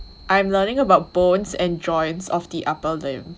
I am learning about bones and joints of the upper limb